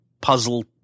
puzzle –